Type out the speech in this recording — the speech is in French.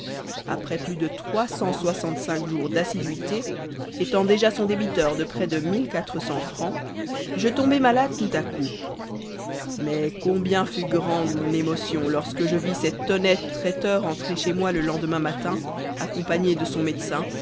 après plus de trois cent soixante-cinq jours d'assiduité étant déjà son débiteur de près de fr je tombai malade tout-à-coup mais combien fut grande mon émotion lorsque je vis cet honnête traiteur entrer chez moi le lendemain matin accompagné de son médecin